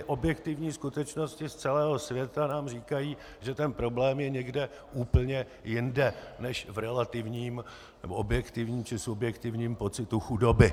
Objektivní skutečnosti z celého světa nám říkají, že problém je někde úplně jinde než v relativním nebo objektivním či subjektivním pocitu chudoby.